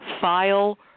file